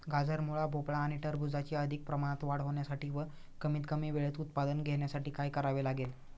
गाजर, मुळा, भोपळा आणि टरबूजाची अधिक प्रमाणात वाढ होण्यासाठी व कमीत कमी वेळेत उत्पादन घेण्यासाठी काय करावे लागेल?